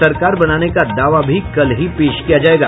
सरकार बनाने का दावा भी कल ही पेश किया जायेगा